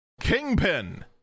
kingpin